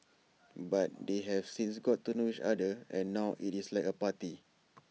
but they have since got to know each other and now IT is like A party